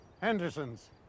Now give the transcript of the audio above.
Henderson's